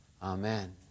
Amen